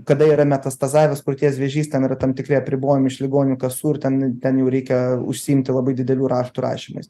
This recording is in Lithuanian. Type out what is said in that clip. kada yra metastazavęs krūties vėžys ten yra tam tikri apribojimai iš ligonių kasų ir ten ten jau reikia užsiimti labai didelių raštų rašymais